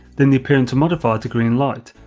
then the appearance modifier to green light,